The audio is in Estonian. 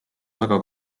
väga